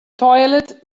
toilet